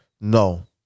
no